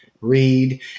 read